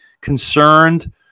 concerned